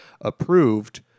approved